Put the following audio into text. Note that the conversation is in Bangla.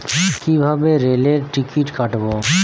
কিভাবে রেলের টিকিট কাটব?